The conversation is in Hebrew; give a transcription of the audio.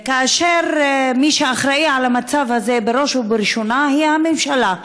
מי שאחראית למצב הזה בראש ובראשונה היא הממשלה.